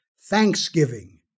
thanksgiving